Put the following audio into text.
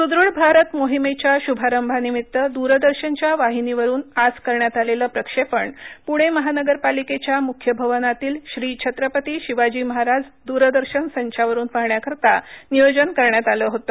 स्दृढ भारत मोहिमेच्या श्भारम्भानिम्मित द्रदर्शनच्या वाहिनीवरुन आज करण्यात आलेलं प्रक्षेपण प्णे महानगरपालिकेच्या म्ख्य भवनातील श्री छत्रपती शिवाजी महाराज द्रदर्शन संचावरुन पहाण्याकरिता नियोजन करण्यात आले होते